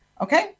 Okay